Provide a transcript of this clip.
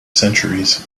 centuries